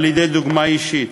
על-ידי דוגמה אישית.